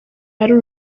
hari